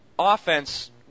offense